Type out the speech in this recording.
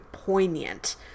poignant